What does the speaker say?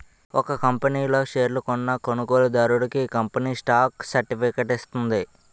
ఒక కంపనీ లో షేర్లు కొన్న కొనుగోలుదారుడికి కంపెనీ స్టాక్ సర్టిఫికేట్ ఇస్తుంది